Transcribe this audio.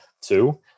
two